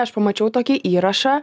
aš pamačiau tokį įrašą